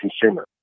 consumer